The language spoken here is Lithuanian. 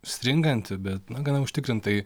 stringanti bet na gana užtikrintai